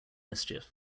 mischief